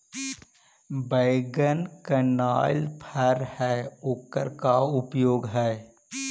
बैगन कनाइल फर है ओकर का उपाय है?